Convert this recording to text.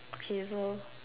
okay so